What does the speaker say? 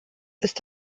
ist